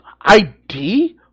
ID